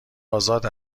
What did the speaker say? آزاد